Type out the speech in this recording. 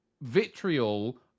vitriol